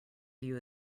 view